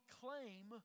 claim